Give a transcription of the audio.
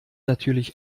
natürlich